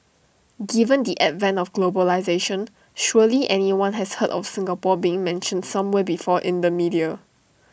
given the advent of globalisation surely everyone has heard of Singapore being mentioned somewhere before in the media